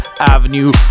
Avenue